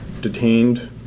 detained